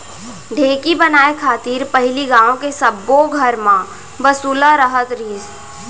ढेंकी बनाय खातिर पहिली गॉंव के सब्बो घर म बसुला रहत रहिस